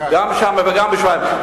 גם שם וגם בירושלים.